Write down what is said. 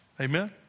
Amen